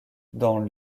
dans